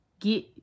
Get